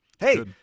Hey